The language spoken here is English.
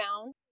found